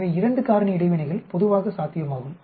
எனவே 2 காரணி இடைவினைகள் பொதுவாக சாத்தியமாகும்